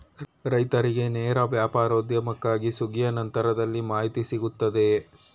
ರೈತರಿಗೆ ನೇರ ವ್ಯಾಪಾರೋದ್ಯಮಕ್ಕಾಗಿ ಸುಗ್ಗಿಯ ನಂತರದಲ್ಲಿ ಮಾಹಿತಿ ಸಿಗುತ್ತದೆಯೇ?